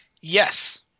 Yes